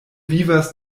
vivas